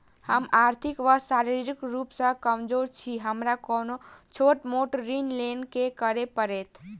हम आर्थिक व शारीरिक रूप सँ कमजोर छी हमरा कोनों छोट मोट ऋण लैल की करै पड़तै?